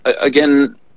again